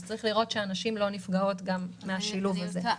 אז צריך לראות שהנשים לא נפגעות מהשילוב הזה.